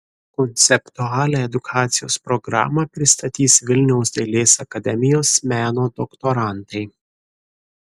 konceptualią edukacijos programą pristatys vilniaus dailės akademijos meno doktorantai